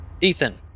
Ethan